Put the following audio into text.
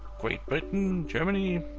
great britain, germany,